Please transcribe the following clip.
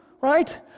right